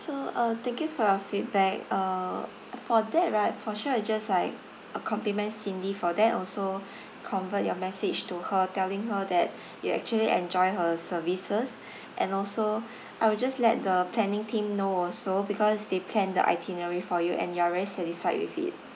so uh thank you for your feedback uh for that right for sure I'll just like uh compliment cindy for that also convey your message to her telling her that you actually enjoy her services and also I'ill just let the planning team know also because they planned the itinerary for you and you are really satisfied with it